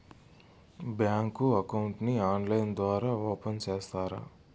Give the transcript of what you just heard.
Bank account ని online ద్వారా open సేస్తారా?